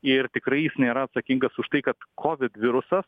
ir tikrai jis nėra atsakingas už tai kad kovid virusas